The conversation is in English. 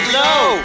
low